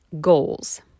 goals